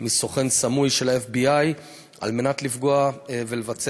מסוכן סמוי של ה-FBI כדי לפגוע ולבצע